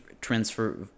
transfer